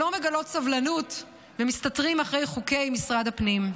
שלא מגלות סבלנות ומסתתרות מאחורי חוקי משרד הפנים.